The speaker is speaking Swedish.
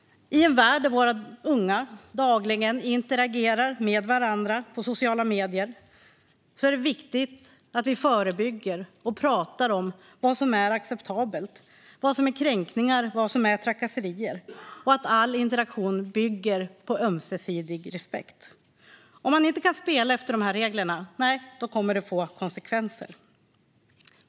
I en värld där våra unga dagligen interagerar med varandra på sociala medier är det viktigt att vi förebygger och att vi pratar om vad som är acceptabelt, vad som är kränkningar och vad som är trakasserier. Vi behöver prata om att all interaktion ska bygga på ömsesidig respekt. Om man inte kan spela efter de reglerna kommer det att få konsekvenser.